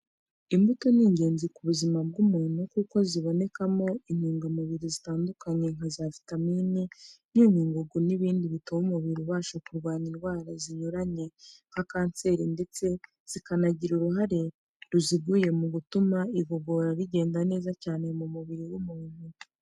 Imbuto ni ingenzi ku buzima bw'umuntu kuko zibonekamo intungamubiri zitandukanye nka za vitamini, imyunyu ngugu, n'ibindi bituma umubiri ubasha kurwanya indwara zinyuranye nka kanseri ndetse zikanagira uruhare ruziguye mu gutuma igogora rigenda neza cyane mu mubiri w'umuntu.